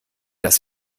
das